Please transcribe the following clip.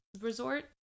Resort